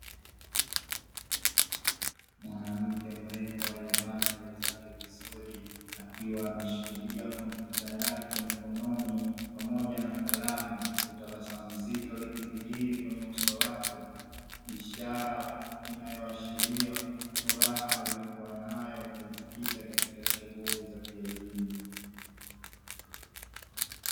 Mwanamke mrembo aliyebana nywele zake vizuri akiwa ameshikilia komyuta yake mkononi pamoja na kalamu huku tabasamu zito likidhihiri kwenye uso wake, ishara inayoashiria furaha aliyokuwa nayo kujikita katika shughuli za kielimu.